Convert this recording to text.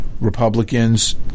Republicans